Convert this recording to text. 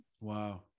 Wow